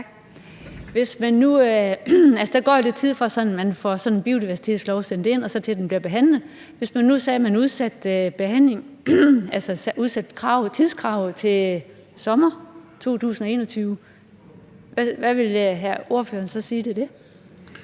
Zimmer (UFG): Tak. Der går lidt tid, fra man får sådan en biodiversitetslov sendt ind, og til den bliver behandlet. Hvis man nu sagde, at man udsatte kravet om fremsættelse til sommeren 2021, hvad ville ordføreren sige til